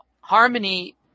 harmony